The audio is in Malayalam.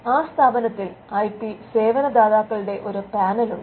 ആ സ്ഥാപനത്തിൽ ഐ പി സേവനദാതാക്കളുടെ ഒരു പാനലുണ്ട്